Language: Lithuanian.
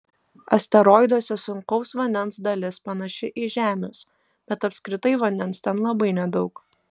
asteroiduose sunkaus vandens dalis panaši į žemės bet apskritai vandens ten labai nedaug